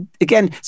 again